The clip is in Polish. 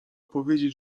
powiedzieć